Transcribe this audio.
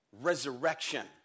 Resurrection